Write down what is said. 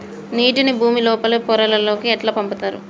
నీటిని భుమి లోపలి పొరలలోకి ఎట్లా పంపుతరు?